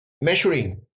measuring